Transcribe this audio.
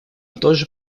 тоже